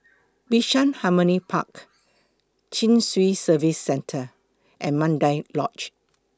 Bishan Harmony Park Chin Swee Service Centre and Mandai Lodge